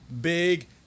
Big